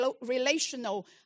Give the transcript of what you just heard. relational